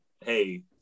hey